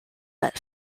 but